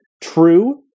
True